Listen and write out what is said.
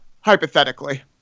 hypothetically